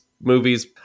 movie's